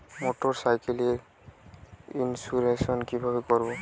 মোটরসাইকেলের ইন্সুরেন্স কিভাবে করব?